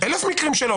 אלף מקרים שלא.